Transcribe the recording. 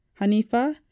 Hanifa